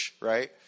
right